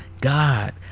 God